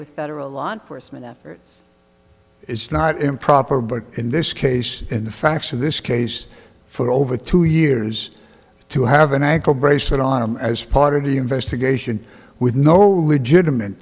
with federal law enforcement that it's it's not improper but in this case in the facts of this case for over two years to have an ankle bracelet on him as part of the investigation with no legitima